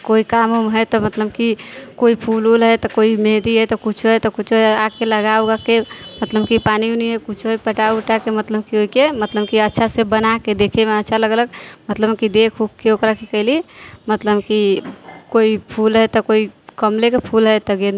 कोइ काम उम हइ तऽ मतलब कि कोइ फूल ऊल हइ तऽ कोइ मेहंदी हइ तऽ कोइ कुछो हइ तऽ कुछो हइ आ के लगा उगा के मतलब कि पानि उनि कुछो पटा उटाके मतलब कि के मतलब कि अच्छासँ बना के देखयमे अच्छा लगल मतलब कि देख ऊखके ओकरा की कयली मतलब कि कोइ फूल हइ तऽ कोइ कमलेके फूल हइ तऽ गेंदेके